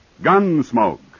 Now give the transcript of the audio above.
Gunsmoke